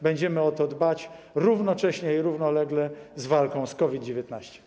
Będziemy o to dbać, równocześnie i równolegle z walką z COVID-19.